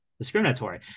Discriminatory